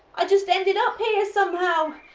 i just ended up here somehow,